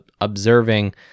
observing